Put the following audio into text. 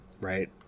right